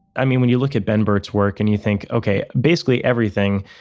i mean when you look at ben burt's work and you think okay, basically everything,